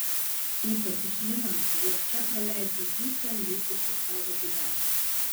ypač žinant jog čia praleisi visą likusį savo gyvenimą